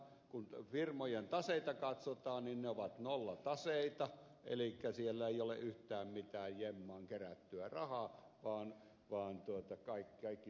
kun firmojen taseita katsotaan niin ne ovat nollataseita elikkä siellä ei ole yhtään mitään jemmaan kerättyä rahaa vaan kaikki toimii